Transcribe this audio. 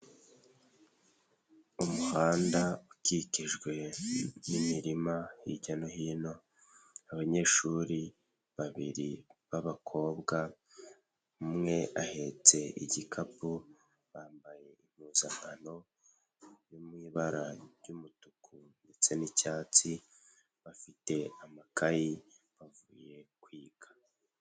Umuhanda ukikijwe n'imirima hirya no hino, abanyeshuri babiri b'abakobwa umwe ahetse igikapu ,bambaye impuzankano yo mu ibara ry'umutuku ndetse n'icyatsi ,bafite amakayi bavuye kwiga.